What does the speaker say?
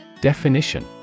Definition